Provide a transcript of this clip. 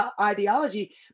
ideology